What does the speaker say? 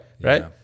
right